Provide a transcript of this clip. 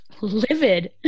livid